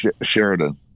sheridan